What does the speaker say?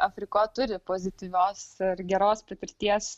afriko turi pozityvios ir geros patirties